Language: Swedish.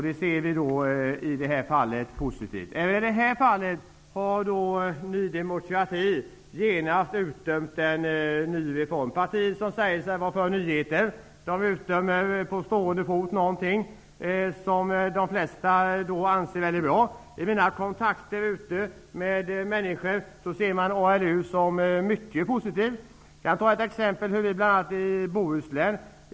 Det ser vi som något positivt. Även i detta fall har Ny demokrati utdömt en ny reform. Partiet säger sig vara för nyheter, men utdömer på stående fot någonting som de flesta anser är mycket bra. I mina kontakter med människor har jag upplevt att man ser ALU som något mycket positivt. Jag kan som exempel ta hur det är i Bohuslän.